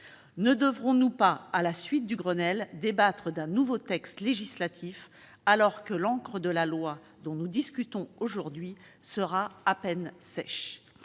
Ne devrons-nous pas, à la suite du Grenelle, débattre d'un nouveau texte législatif, alors que l'encre de la loi dont nous discutons aujourd'hui sera à peine sèche ?